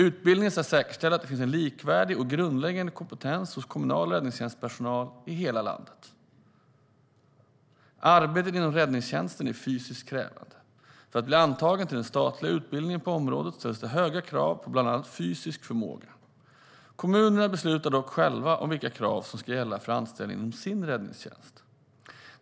Utbildningen ska säkerställa att det finns en likvärdig och grundläggande kompetens hos kommunal räddningstjänstpersonal i hela landet. Arbetet inom räddningstjänsten är fysiskt krävande. För att bli antagen till den statliga utbildningen på området ställs det höga krav på bland annat fysisk förmåga. Kommunerna beslutar dock själva om vilka krav som ska gälla för anställning inom deras räddningstjänst.